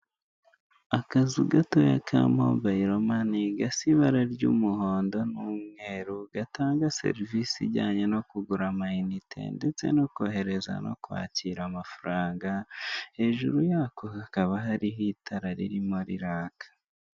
Akazu gatoya ka mobayiro mani gasa ibara ry'umuhondo n'umweru, gatanga serivise ijyanye no kugura amayinete ndetse no kohereza no kwakira amafaranga, hejuru yako hakaba hariho itara ririmo riraka.